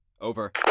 Over